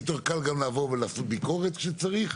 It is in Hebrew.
יהיה יותר קל לעבור ולעשות ביקורת כשצריך.